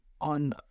on